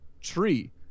tree